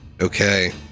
Okay